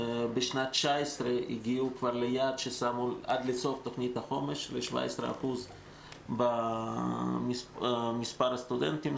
בשנת 2019 הגיעו ליעד ששמו עד תוכנית החומש ל-17% במספר הסטודנטים.